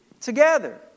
together